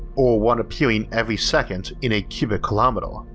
or one appearing every second in a cubic kilometer.